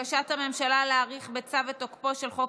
בקשת הממשלה להאריך בצו את תוקפו של חוק